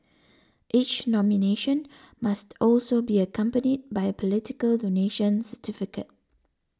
each nomination must also be accompanied by a political donation certificate